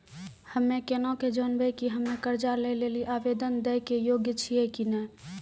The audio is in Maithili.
हम्मे केना के जानबै कि हम्मे कर्जा लै लेली आवेदन दै के योग्य छियै कि नै?